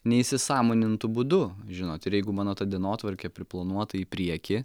neįsisąmonintu būdu žinot ir jeigu mano ta dienotvarkė priplanuota į priekį